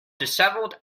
dishevelled